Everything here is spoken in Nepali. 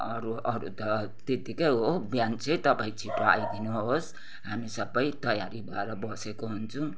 अरू अरू त त्यतिकै हो बिहान चाहिँ तपाईँ छिटो आइदिनुहोस् हामी सबै तयारी भएर बसेको हुन्छौँ